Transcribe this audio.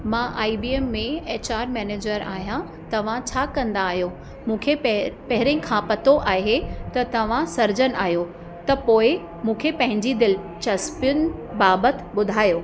मां I B M में H R manager आहियां तव्हां छा कंदा आहियो मूंखे पै पहिरें खां ई पतो आहे त तव्हां सर्जन आहियो त पोइ मूंखे पंहिंजी दिलिचस्पियुनि बाबति ॿुधायो